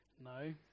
No